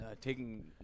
taking